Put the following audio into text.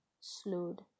slowed